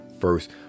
first